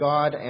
God